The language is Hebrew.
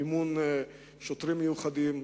למימון שוטרים מיוחדים,